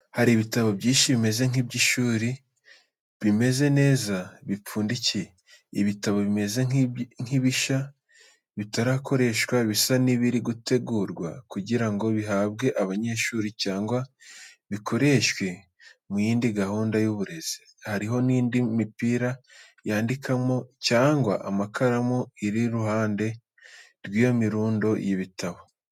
Hari ibitabo byinshi bimeze nk’iby’ishuri bimeze neza bipfundikiye. Ibitabo bimeze nk’ibishya bitarakoreshwa bisa n’ibiri gutegurwa kugira ngo bihabwe abanyeshuri cyangwa bikoreshwe mu yindi gahunda y’uburezi. Hariho n’indi mipira yandikamo cyangwa amakaramu iri iruhande rw’iyo mirundo y’ibitabo.